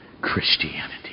Christianity